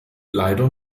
leider